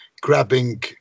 grabbing